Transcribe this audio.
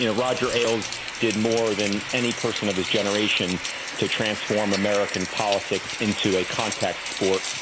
you know roger ailes did more than any person of his generation to transform american politics into a contact sport.